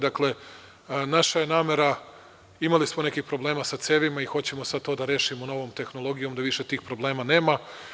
Dakle, naša je namera, imali smo nekih problema sa cevima i hoćemo sada to da rešimo novom tehnologijom da više tih problema nema.